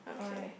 alright